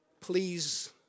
Please